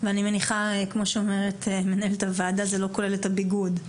ואני מניחה שכמו שאומרת מנהלת הוועדה זה לא כולל את הביגוד.